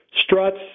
struts